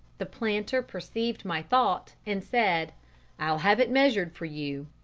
the planter perceived my thought, and said i'll have it measured for you.